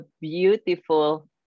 beautiful